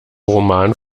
roman